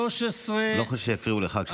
אני לא חושב שהפריעו לך כשדיברת.